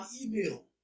email